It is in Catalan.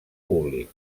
públic